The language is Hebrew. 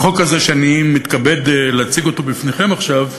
בחוק הזה, שאני מתכבד להציג אותו בפניכם עכשיו,